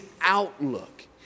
outlook